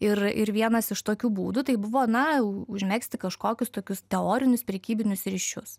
ir ir vienas iš tokių būdų tai buvo na užmegzti kažkokius tokius teorinius prekybinius ryšius